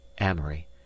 amory